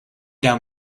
down